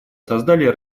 создали